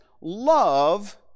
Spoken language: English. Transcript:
Love